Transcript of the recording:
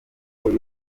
amoko